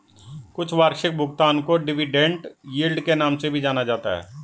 कुल वार्षिक भुगतान को डिविडेन्ड यील्ड के नाम से भी जाना जाता है